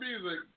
music